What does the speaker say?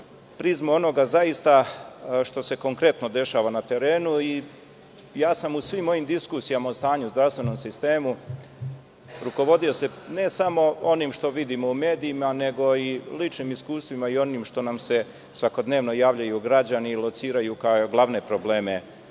prizmu onoga što se zaista konkretno dešava na terenu. U svim mojim diskusijama o stanju u zdravstvenom sistemu rukovodio sam se, ne samo onim što vidim u medijima, nego i ličnim iskustvima i onim što nam se svakodnevno javljaju građani i lociraju kao glavne probleme